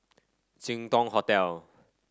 Jin Dong Hotel